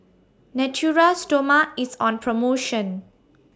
Natura Stoma IS on promotion